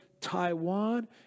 Taiwan